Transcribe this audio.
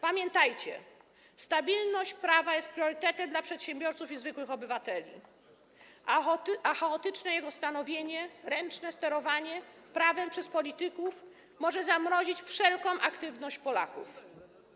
Pamiętajcie, że stabilność prawa jest priorytetem dla przedsiębiorców i zwykłych obywateli, a chaotyczne jego stanowienie, ręczne sterowanie prawem przez polityków może zamrozić wszelką aktywność Polaków.